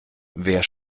wer